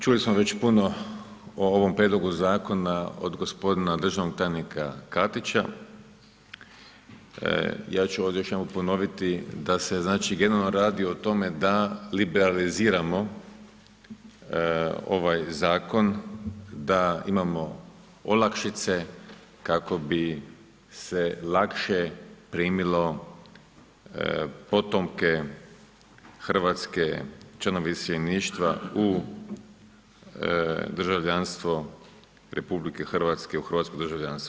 Čuli smo već puno o ovom prijedlogu zakona od gospodina državnog tajnika Katića, ja ću ovdje još jednom ponoviti da se znači generalno radi o tome da liberaliziramo ovaj zakon, da imamo olakšice kako bi se lakše primilo potomke hrvatske, članovi iseljeništva u državljanstvo RH u hrvatsko državljanstvo.